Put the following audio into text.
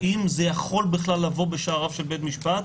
האם זה בכלל יכול לבוא בשעריו של בית משפט,